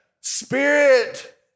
spirit